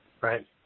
right